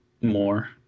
more